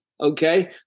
okay